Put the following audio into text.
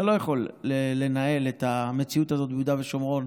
אתה לא יכול לנהל את המציאות הזאת ביהודה ושומרון